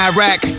Iraq